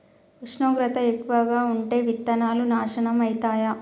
ఉష్ణోగ్రత ఎక్కువగా ఉంటే విత్తనాలు నాశనం ఐతయా?